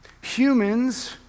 Humans